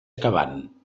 acabant